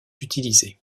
utilisées